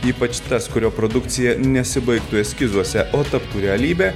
ypač tas kurio produkcija nesibaigtų eskizuose o taptų realybe